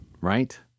right